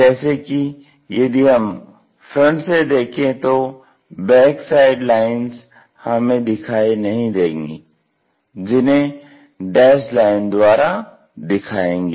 जैसे कि यदि हम फ्रंट से देखें तो बैक साइड लाइंस हमें दिखाई नहीं देंगी जिन्हें डैस्ड लाइन द्वारा दिखायेंगे